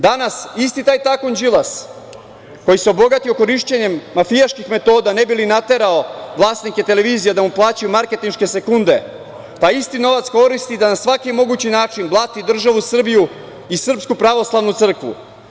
Danas, isti taj tajkun Đilas, koji se obogatio korišćenjem mafijaških metoda, ne bi li naterao vlasnike televizija da mu plaćaju marketinške sekunde, taj isti novac koristi da na svaki mogući način blati državu Srbiju i Sprsku pravoslavnu crkvu.